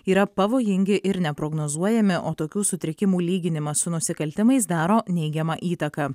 yra pavojingi ir neprognozuojami o tokių sutrikimų lyginimas su nusikaltimais daro neigiamą įtaką